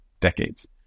decades